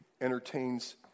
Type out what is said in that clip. entertains